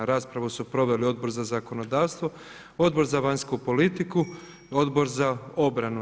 Raspravu su proveli Odbor za zakonodavstvo, Odbor za vanjsku politiku, Odbor za obranu.